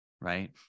Right